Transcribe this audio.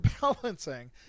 balancing